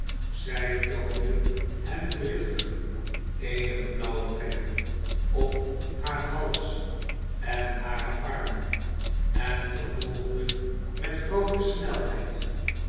zij toonde hem driftig eenige blauwe plekken op haar hals en hare armen en vervolgde met groote snelheid